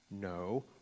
no